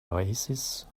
oasis